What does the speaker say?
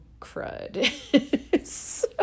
crud